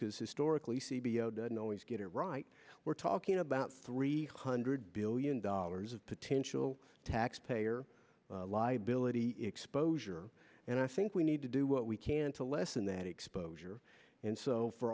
because historically c b l doesn't always get it right we're talking about three hundred billion dollars of potential taxpayer liability exposure and i think we need to do what we can to lessen that exposure and so for